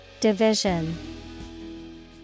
Division